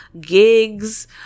Gigs